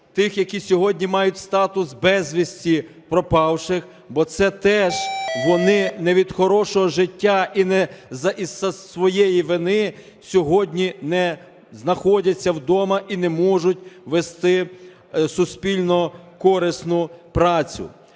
тих, які сьогодні мають статус безвісти зниклих. Бо це теж вони не від хорошого життя і не з-за своєї вини сьогодні не знаходяться вдома і не можуть вести суспільно корисну працю.